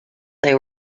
they